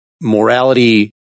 morality